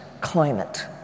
climate